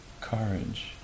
courage